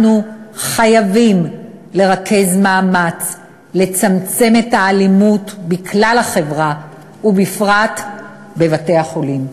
אנחנו חייבים לרכז מאמץ לצמצם את האלימות בכלל החברה ובפרט בבתי-החולים.